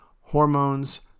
hormones